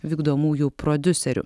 vykdomųjų prodiuserių